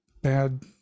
bad